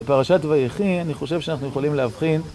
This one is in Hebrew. פרשת ויחי, אני חושב שאנחנו יכולים להבחין.